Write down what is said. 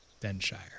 Denshire